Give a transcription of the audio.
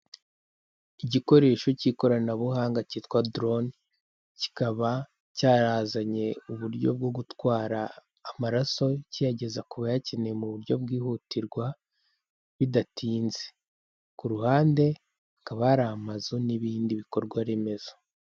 Igikoresho cy'ikoranabuhanga cyitwa Drone, kikaba cyarazanye uburyo bwo gutwara amaraso kiyageza ku bayakeneye mu buryo bwihutirwa bidatinze, ku ruhande hakaba hari amazu n'ibindi bikorwa remezo.